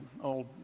old